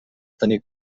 tenir